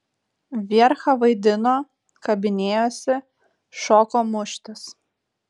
vierchą vaidino kabinėjosi šoko muštis